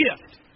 gift